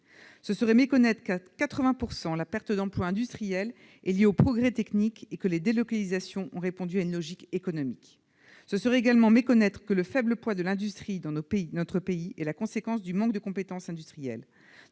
Ce serait méconnaître que, à 80 %, la perte d'emplois industriels est liée au progrès technique, et que les délocalisations ont répondu à une logique économique. Ce serait également méconnaître que le faible poids de l'industrie dans notre pays est la conséquence du manque de compétences industrielles.